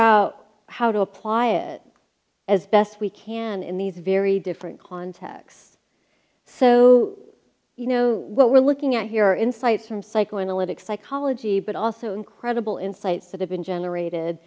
out how to apply it as best we can in these very different contexts so you know what we're looking at here insights from psychoanalytic psychology but also incredible insight that have been generated